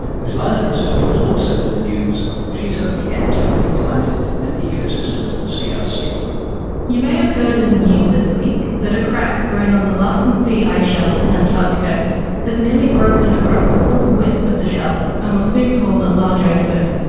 whose line of research was also in the news. she is at the antarctic climate and ecosystems crc. ah you may have heard in the news this week that a crack growing on the larsen c ice shelf in antarctica has nearly broken across the full width of the shelf, and will soon form a large iceberg.